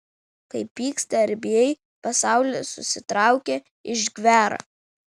kai pyksti ar bijai pasaulis susitraukia išgvęra